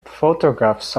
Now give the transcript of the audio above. photographs